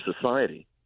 Society